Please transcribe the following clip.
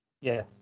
Yes